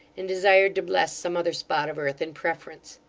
and desired to bless some other spot of earth, in preference.